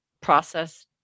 process